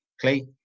Clay